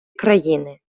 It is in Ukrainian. країни